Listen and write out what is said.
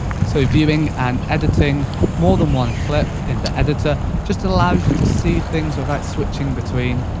so viewing and editing more than one clip in the editor just allows you to see things without switching between,